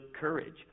courage